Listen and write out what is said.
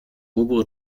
obere